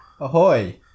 ahoy